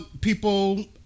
people